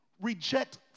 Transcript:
reject